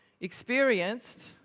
experienced